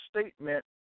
statement